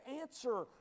answer